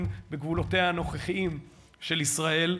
ובוודאי הדבר הזה יתקיים כשנשוב מפגרת הקיץ.